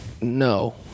No